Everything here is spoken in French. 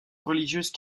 religieuse